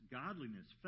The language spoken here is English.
godliness